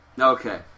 Okay